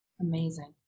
Amazing